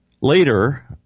Later